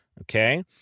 Okay